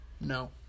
No